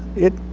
it